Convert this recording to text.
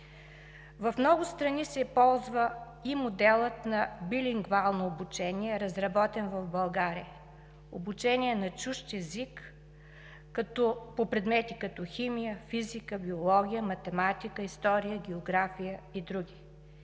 В много страни се ползва и моделът на билингвално обучение, разработен в България – обучение на чужд език по предмети като химия, физика, биология, математика, история, география и други.